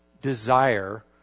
desire